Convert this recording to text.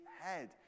head